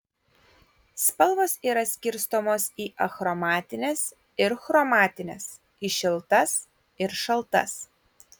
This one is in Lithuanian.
spalvos yra skirstomos į achromatines ir chromatines į šiltas ir šaltas